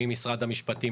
ממשרד המשפטים,